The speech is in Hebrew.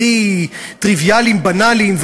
הכי טריוויאליים ובנאליים,